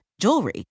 jewelry